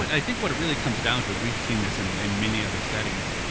i think what it really comes down to, and we've seen this in in many other settings,